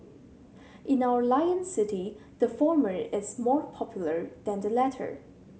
in our Lion City the former is more popular than the latter